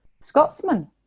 Scotsman